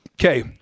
Okay